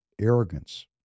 Arrogance